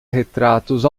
retratos